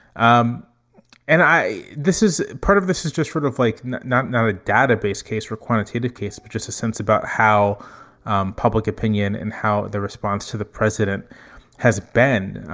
um and i. this is part of this is just sort of like not not a data base case or quantitative case, but just a sense about how um public opinion and how the response to the president has been.